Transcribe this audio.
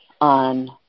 on